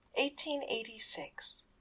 1886